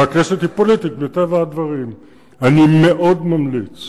והכנסת היא פוליטית, מטבע הדברים, אני מאוד ממליץ